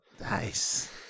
Nice